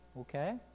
okay